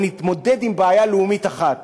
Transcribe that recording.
או נתמודד עם בעיה לאומית אחת